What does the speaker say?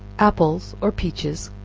apples, or peaches,